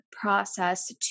process